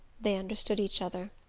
they understood each other.